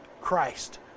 Christ